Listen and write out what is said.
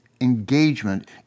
engagement